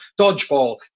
Dodgeball